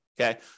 Okay